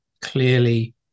clearly